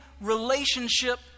relationship